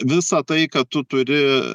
visa tai ką tu turi